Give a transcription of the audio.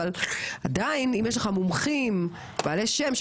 אבל עדיין אם יש לך מומחים בעלי שם,